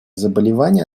заболевания